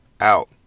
out